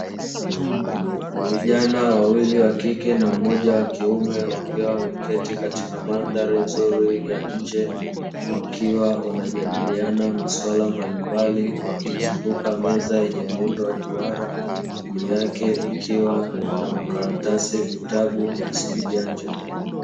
Vijana wawili wa kike na mmoja wa kiume akiwa ameketi katika mandhari nzuri ya nje, wakiwa wanajadiliana masuala mbalimbali wakiizunguka meza yenye muundo wa duara juu yake ikiwa na makaratasi, vitabu na simu janja.